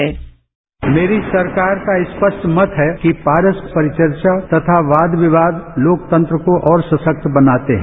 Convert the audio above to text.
sound bite मेरी सरकार का स्पष्ट मत है कि परस्पर चर्चा तथा वाद विवाद लोकतंत्र को और सशक्त बनाते हैं